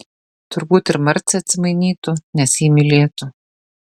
turbūt ir marcė atsimainytų nes jį mylėtų